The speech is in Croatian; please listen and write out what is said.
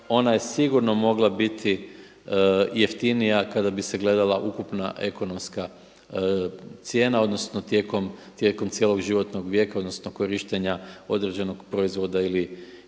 ona je sigurno mogla biti jeftinija kada bi se gledala ukupna ekonomska cijena, odnosno tijekom cijelog životnog vijeka odnosno korištenja određenog proizvoda ili